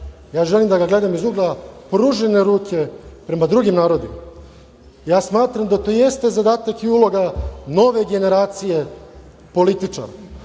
želim da ga gledam iz ugla pružene ruke prema drugim narodima. Smatram da to jeste zadatak i uloga nove generacije političara.